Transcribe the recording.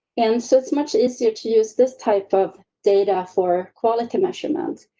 and so it's much easier to use this type of data for quality measurement.